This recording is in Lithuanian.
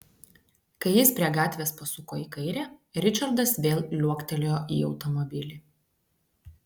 kai jis prie gatvės pasuko į kairę ričardas vėl liuoktelėjo į automobilį